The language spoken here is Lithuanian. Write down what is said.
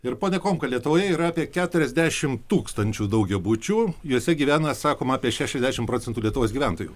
ir pone komka lietuvoje yra apie keturiasdešimt tūkstančių daugiabučių juose gyvena sakoma apie šešiasdešimt procentų lietuvos gyventojų